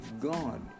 god